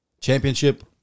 championship